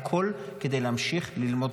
הכול כדי להמשיך ללמוד תורה.